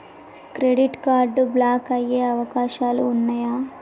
Credit card block అయ్యే అవకాశాలు ఉన్నయా?